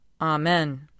Amen